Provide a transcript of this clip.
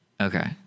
Okay